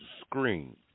screen